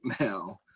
now